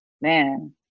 man